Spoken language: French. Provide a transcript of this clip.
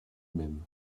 même